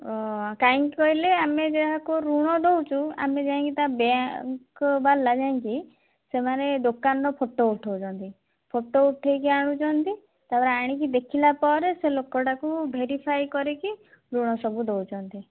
ଓ କାହିଁକି କହିଲେ ଆମେ ଯାହାକୁ ଋଣ ଦେଉଛୁ ଆମେ ଯାଇକି ତାଙ୍କ ବ୍ୟାଙ୍କ ବାଲା ଯାଇକି ସେମାନେ ଦୋକାନର ଫଟୋ ଉଠାଉଛନ୍ତି ଫଟୋ ଉଠାଇକି ଆଣୁଛନ୍ତି ତା'ପରେ ଆଣିକି ଦେଖିଲା ପରେ ସେ ଲୋକଟାକୁ ଭେରିଫାଏ କରିକି ଋଣ ସବୁ ଦେଉଛନ୍ତି